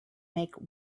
make